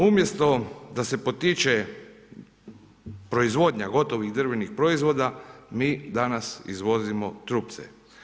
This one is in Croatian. Umjesto da se potiče proizvodnja gotovih drvenih proizvoda mi danas izvozimo trupce.